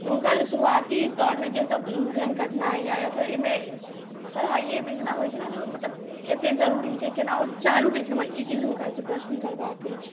हुनका जे शुरुआती दौड़मे जेसभ भेलैन्ह कठिनाइ या फेर ईमे पढ़ाइएमे जेना होइत छै ने मतलब एतेक जरूरी छै केना ओ चालू केलखिन हमरा ई चीज हुनकासँ प्रश्न करबाक अछि